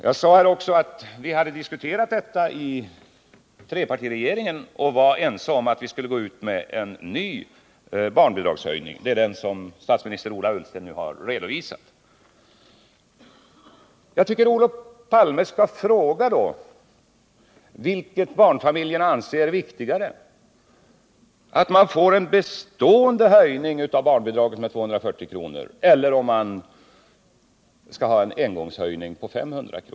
Jag sade också att vi i trepartiregeringen hade diskuterat barnfamiljernas problem och att vi var ense om att vi skulle gå ut med en ny barnbidragshöjning — det är den som statsminister Ola Ullsten nu har redogjort för. Jag tycker att Olof Palme skall fråga barnfamiljerna vilket de anser viktigast: att man får en bestående höjning av barnbidraget eller att man får en engångshöjning med 500 kr.